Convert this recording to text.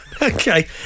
Okay